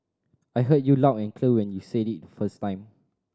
I heard you loud and clear when you said it first time